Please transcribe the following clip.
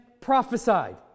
prophesied